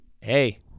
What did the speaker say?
hey